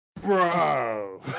Bro